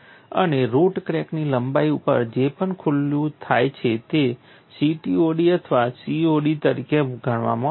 અને રુટ ક્રેકની લંબાઈ ઉપર જે પણ ખુલ્લું થાય છે તે CTOD અથવા COD તરીકે ગણવામાં આવે છે